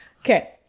Okay